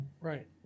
Right